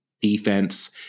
Defense